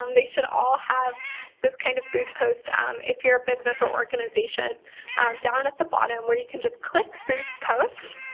um they should all have this kind of boost post if you're a business or organizationa down at the bottom where you can just click boost post.